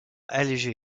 allégé